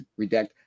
redact